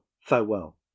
farewell